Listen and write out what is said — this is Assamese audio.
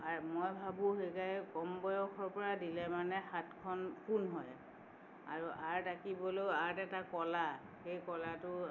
আৰু মই ভাবোঁ একে কম বয়সৰ পৰা দিলে মানে হাতখন পোন হয় আৰু আৰ্ট আঁকিবলও আৰ্ট এটা কলা সেই কলাটো